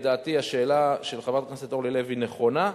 לדעתי, השאלה של חברת הכנסת אורלי לוי נכונה,